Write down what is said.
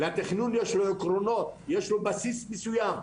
לתכנון יש עקרונות, יש לו בסיס מסוים,